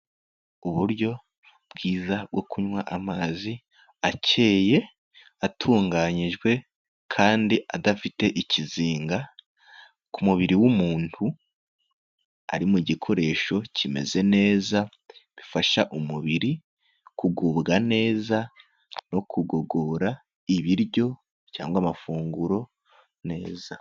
Uburyo bwiza bwo kunywa amazi akeye, atunganyijwe kandi adafite ikizinga ku mubiri w'umuntu, ari mu gikoresho kimeze neza, bifasha umubiri kugubwa neza no kugogora ibiryo cyangwa amafunguro neza.